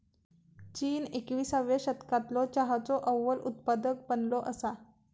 चीन एकविसाव्या शतकालो चहाचो अव्वल उत्पादक बनलो असा